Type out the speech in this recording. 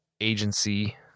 agency